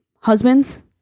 husbands